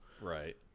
right